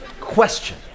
question